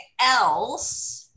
else